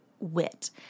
wit